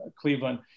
Cleveland